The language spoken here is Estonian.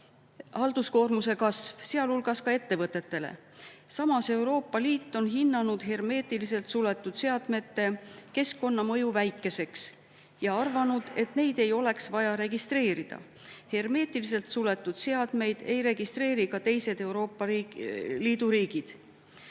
halduskoormuse kasv, sealhulgas ettevõtetele. Samas, Euroopa Liit on hinnanud hermeetiliselt suletud seadmete keskkonnamõju väikeseks ja arvanud, et neid ei oleks vaja registreerida. Hermeetiliselt suletud seadmeid ei registreeri ka teised Euroopa Liidu riigid.